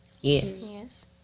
Yes